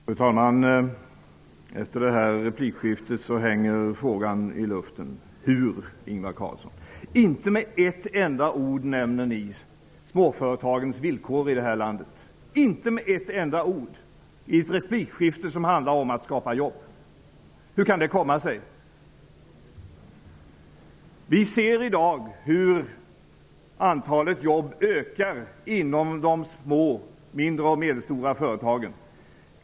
Fru talman! Efter detta replikskifte hänger frågan i luften: Hur, Ingvar Carlsson? Inte med ett enda ord nämner ni småföretagens villkor i det här landet, inte med ett enda ord -- i ett replikskifte som handlar om att skapa nya jobb! Hur kan det komma sig? Vi ser i dag hur antalet jobb ökar i de små, mindre och medelstora företagen.